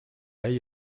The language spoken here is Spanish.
ahí